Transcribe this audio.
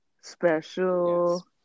special